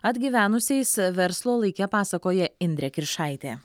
atgyvenusiais verslo laike pasakoja indrė kiršaitė